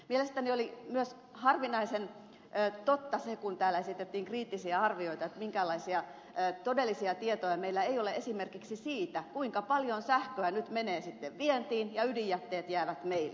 mielestäni oli myös harvinaisen totta se kun täällä esitettiin kriittisiä arvioita että minkäänlaisia todellisia tietoja meillä ei ole esimerkiksi siitä kuinka paljon sähköä nyt menee sitten vientiin ja ydinjätteet jäävät meille